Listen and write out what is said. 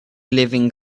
living